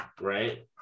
right